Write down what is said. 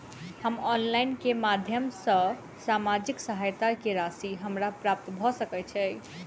हम ऑनलाइन केँ माध्यम सँ सामाजिक सहायता केँ राशि हमरा प्राप्त भऽ सकै छै?